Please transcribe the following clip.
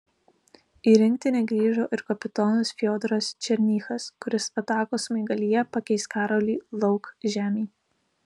į rinktinę grįžo ir kapitonas fiodoras černychas kuris atakos smaigalyje pakeis karolį laukžemį